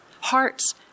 Hearts